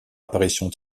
apparition